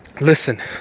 Listen